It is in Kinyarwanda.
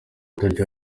tariki